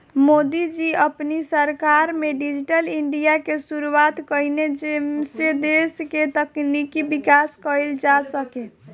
मोदी जी अपनी सरकार में डिजिटल इंडिया के शुरुआत कईने जेसे देस के तकनीकी विकास कईल जा सके